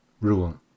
Rule